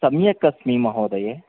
सम्यक् अस्मि महोदये